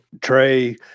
Trey